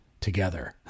together